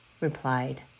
replied